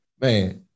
Man